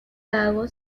lago